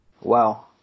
Wow